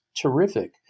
terrific